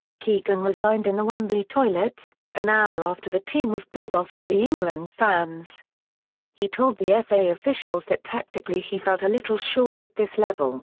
keegan resigned in the wembley toilets, an hour after the team was booed off by the england fans he told the fa officials that tactically he felt a little short at this level.